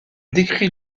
décrit